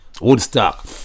Woodstock